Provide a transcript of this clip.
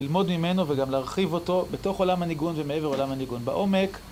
ללמוד ממנו וגם להרחיב אותו בתוך עולם הניגון ומעבר לעולם הניגון, בעומק